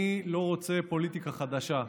אני לא רוצה פוליטיקה חדשה,